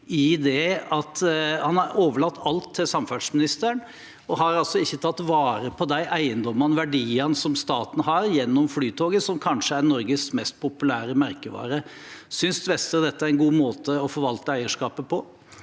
at han har overlatt alt til samferdselsministeren og ikke har tatt vare på de eiendommene og verdiene som staten har gjennom Flytoget, som kanskje er Norges mest populære merkevare? Synes statsråd Vestre dette er en god måte å forvalte eierskapet på?